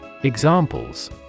Examples